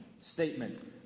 statement